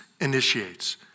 initiates